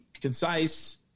concise